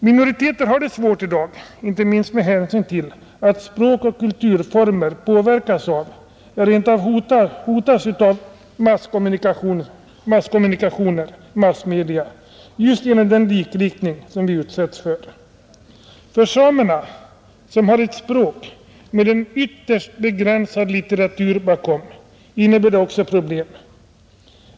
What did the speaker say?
Minoriteter har det svårt i dag, inte minst med hänsyn till att språk och kulturformer påverkas av, ja rent av hotas av, massmedia genom den likriktning vi utsätts för. För samerna, som har ett språk med en ytterst begränsad litteratur, innebär detta också problem.